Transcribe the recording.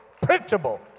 principle